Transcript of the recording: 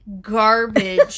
garbage